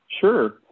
sure